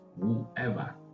whoever